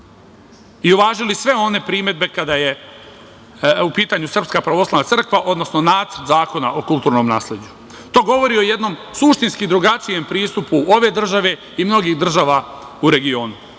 i uvažili sve one primedbe kada je u pitanju SPC, odnosno nacrt zakona o kulturnom nasleđu. To govori o jednom suštinski drugačijem pristupu ove države i mnogih država u regionu,